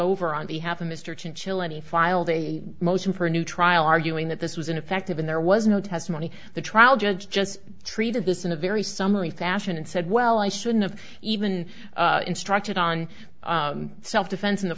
over on behalf of mr chinchilla he filed a motion for a new trial arguing that this was ineffective and there was no testimony the trial judge just treated this in a very summary fashion and said well i shouldn't have even instructed on self defense in the